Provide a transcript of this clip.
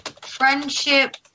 Friendship